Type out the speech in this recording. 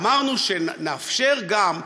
ואמרנו שנאפשר גם,